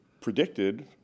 predicted